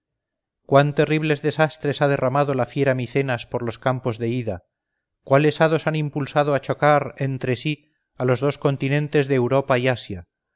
cuán terribles desastres ha derramado la fiera micenas por los campos de ida cuáles hados han impulsado a chocar entre sí a los dos continentes de europa y asia